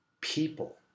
people